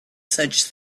such